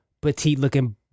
petite-looking